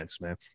man